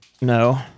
No